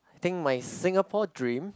think my Singapore dream